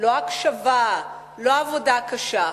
לא הקשבה ולא עבודה קשה,